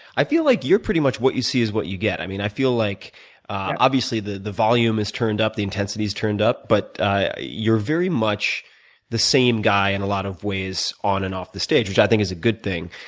i feel like you're pretty much what you see is what you get. i mean i feel like obviously the the volume is turned up, the intensity is turned up, but you're very much the same guy in a lot of ways on and off the stage, which i think is a good thing.